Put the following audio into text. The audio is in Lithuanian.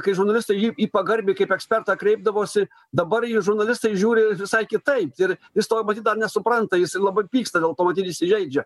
kai žurnalistai jį į pagarbiai kaip ekspertą kreipdavosi dabar į žurnalistai žiūri visai kitaip ir jis to matyt dar nesupranta jisai labai pyksta dėl to matyt įsižeidžia